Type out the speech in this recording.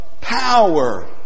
power